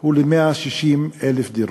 הוא ל-160,000 דירות.